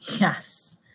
Yes